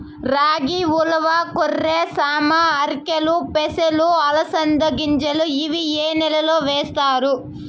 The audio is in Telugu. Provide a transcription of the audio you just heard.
రాగి, ఉలవ, కొర్ర, సామ, ఆర్కెలు, పెసలు, అలసంద గింజలు ఇవి ఏ నెలలో వేస్తారు?